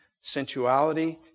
sensuality